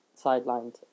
sidelined